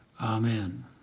Amen